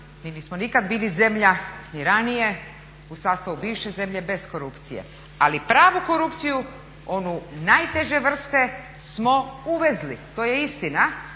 mi nismo nikad bili zemlja ni ranije u sastavu bivše zemlje, bez korupcije ali pravu korupciju, onu najteže vrste smo uvezli. To je istina,